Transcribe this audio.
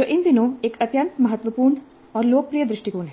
जो इन दिनों एक अत्यंत महत्वपूर्ण और लोकप्रिय दृष्टिकोण है